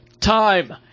time